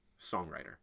songwriter